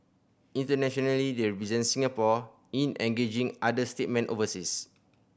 internationally they represent Singapore in engaging other statesmen overseas